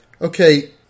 okay